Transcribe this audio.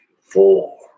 four